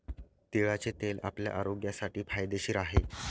तिळाचे तेल आपल्या आरोग्यासाठी फायदेशीर आहे